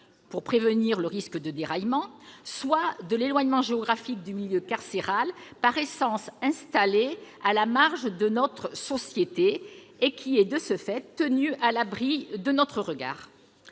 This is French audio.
pour prévenir le risque de déraillement, soit à l'éloignement géographique du milieu carcéral, par essence installé à la marge de notre société et tenu, de ce fait, à l'abri de notre regard.